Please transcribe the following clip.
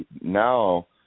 now